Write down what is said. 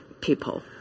people